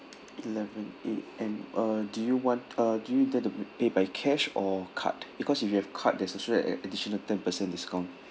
eleven A_M uh do you want uh do you there to pay by cash or card because if you have card there's actually an additional ten percent discount